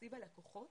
מתקציב הלקוחות,